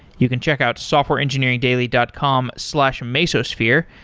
you can check out softwareengineeringdaily dot com slash mesosphere,